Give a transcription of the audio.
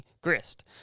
grist